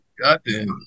goddamn